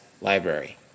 Library